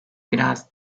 biraz